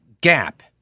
gap